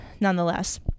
nonetheless